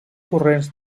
corrents